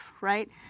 right